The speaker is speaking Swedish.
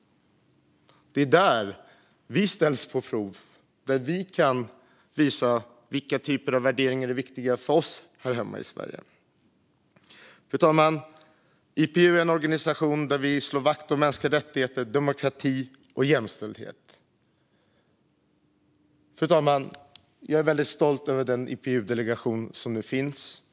Det är där vi sätts på prov och där vi kan visa vilka värderingar som är viktiga för oss här hemma i Sverige. Fru talman! IPU är en organisation där vi slår vakt om mänskliga rättigheter, demokrati och jämställdhet. Jag är väldigt stolt över den IPU-delegation som nu finns.